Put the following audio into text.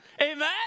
Amen